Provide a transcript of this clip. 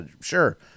sure